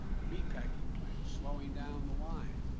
meatpacking plants. slowing down the line.